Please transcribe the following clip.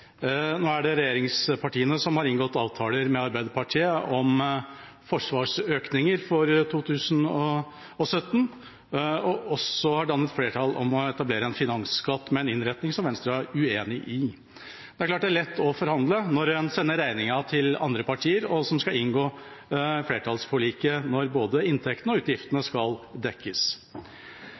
Nå er det regjeringspartiene som har inngått avtaler med Arbeiderpartiet om forsvarsøkninger for 2017, og de har også dannet flertall for å etablere en finansskatt med en innretning som Venstre er uenig i. Det er klart at det er lett å forhandle når en sender regningen til andre partier, som skal inngå flertallsforliket når både inntektene og utgiftene skal dekkes.